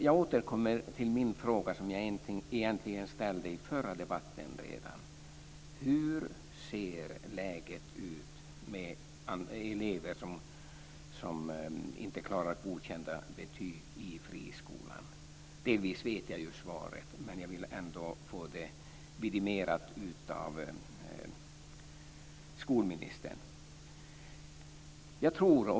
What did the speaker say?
Jag återkommer till den fråga som jag egentligen ställde redan i den förra debatten. Hur ser läget ut när det gäller elever som inte klarar betyget Godkänd i friskolan? Delvis vet jag ju svaret, men jag vill ändå få det vidimerat av skolministern.